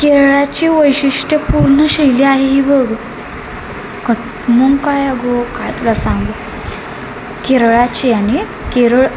केरळाची वैशिष्ट्य पूर्ण शैली आहे ही बघ कथ मग काय अगं काय तुला सांगू केरळाची आणि केरळ